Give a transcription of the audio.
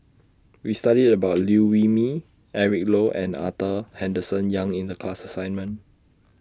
We studied about Liew Wee Mee Eric Low and Arthur Henderson Young in The class assignment